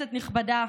כנסת נכבדה,